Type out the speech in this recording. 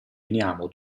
veniamo